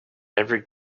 every